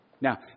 Now